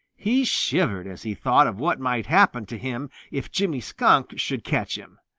he shivered as he thought of what might happen to him if jimmy skunk should catch him.